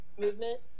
movement